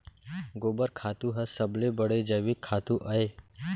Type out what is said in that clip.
गोबर खातू ह सबले बड़े जैविक खातू अय